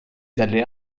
dalle